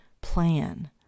plan